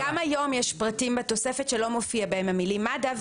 גם היום יש פרטים בתוספת שלא מופיעות בה המילים מד"א.